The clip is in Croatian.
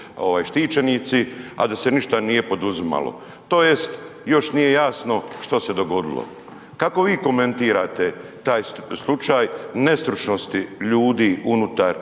štićenici, a da se ništa nije poduzimalo, tj. još nije jasno što se dogodilo. Kako vi komentirate taj slučaj nestručnosti ljudi unutar,